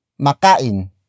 Makain